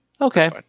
okay